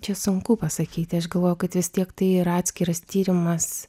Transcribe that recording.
čia sunku pasakyti aš galvojau kad vis tiek tai yra atskiras tyrimas